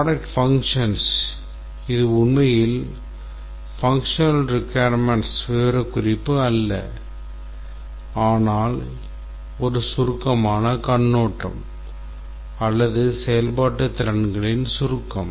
product functions இது உண்மையில் functional requirements விவரக்குறிப்பு அல்ல ஆனால் ஒரு சுருக்கமான கண்ணோட்டம் அல்லது செயல்பாட்டு திறன்களின் சுருக்கம்